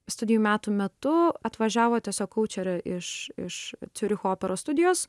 studijų metų metu atvažiavo tiesiog kaučerė iš iš ciuricho operos studijos